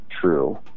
true